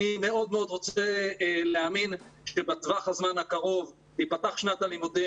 אני מאוד רוצה להאמין שבטווח הזמן הקרוב תיפתח שנת הלימודים,